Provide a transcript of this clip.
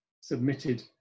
submitted